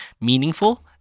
meaningful